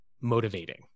motivating